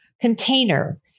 container